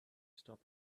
stop